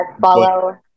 follow